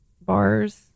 bars